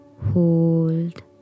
Hold